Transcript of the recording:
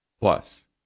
Plus